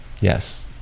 Yes